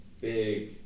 Big